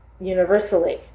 universally